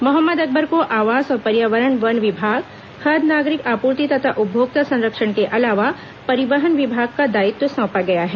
मोहम्मद अकबर को आवास और पर्यावरण वन विभाग खाद्य नागरिक आपूर्ति तथा उपभोक्ता संरक्षण के अलावा परिवहन विभाग का दायित्व सौंपा गया है